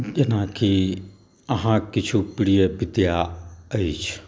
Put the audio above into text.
जेना की अहाँके किछु प्रिय विधा अछि